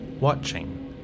Watching